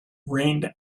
rained